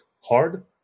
hard